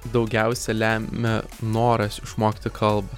daugiausia lemia noras išmokti kalbą